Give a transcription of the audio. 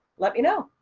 let me know.